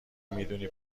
میدونی